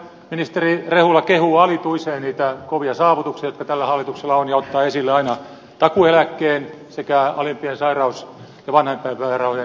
kyllä ministeri rehula kehuu alituiseen niitä kovia saavutuksia jotka tällä hallituksella on ja ottaa esille aina takuueläkkeen sekä alimpien sairaus ja vanhempainpäivärahojen noston